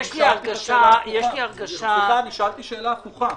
שאלתי שאלה הפוכה.